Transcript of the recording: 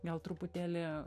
gal truputėlį